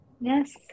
Yes